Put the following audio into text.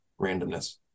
randomness